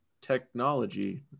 technology